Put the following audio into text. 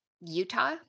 Utah